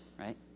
Right